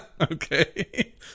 Okay